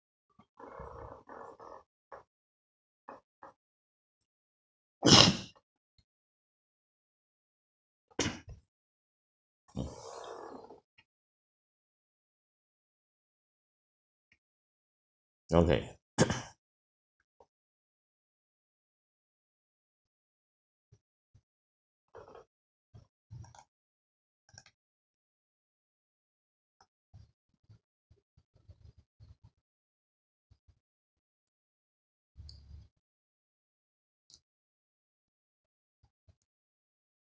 okay